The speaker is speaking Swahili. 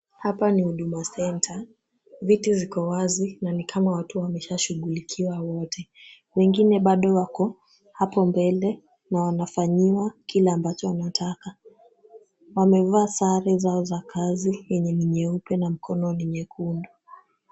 Hapa nihuduma center , viti ziko wazi, na nikama watu wamesha shughulikiwa wote. Wengine bado wako hapo mbele na wanafanyiwa kile ambacho wanataka. Wamevaa sare zao za kazi yenye ni nyeupe na mikono yao ni nyekundu.